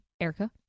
Erica